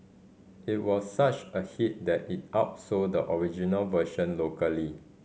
it was such a hit that it outsold the original version locally